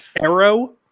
Arrow